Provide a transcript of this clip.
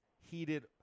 heated